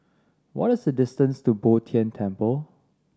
what is the distance to Bo Tien Temple